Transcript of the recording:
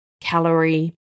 calorie